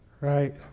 right